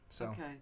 Okay